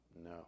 no